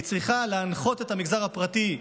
היא צריכה להנחות את המגזר הפרטי.